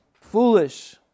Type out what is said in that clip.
Foolish